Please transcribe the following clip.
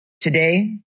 Today